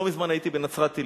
לא מזמן הייתי בנצרת-עילית,